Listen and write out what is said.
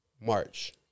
March